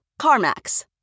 CarMax